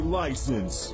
license